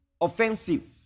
Offensive